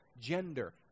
gender